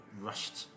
rushed